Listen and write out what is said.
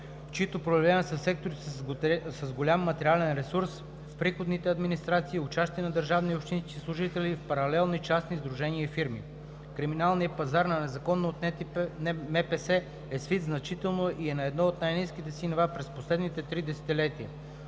чиито проявления са в секторите с голям материален ресурс, в приходните администрации, участие на държавни и общински служители в паралелни частни сдружения и фирми. Криминалният пазар на незаконно отнети МПС е свит значително и е на едно от най-ниските си нива през последните три десетилетия.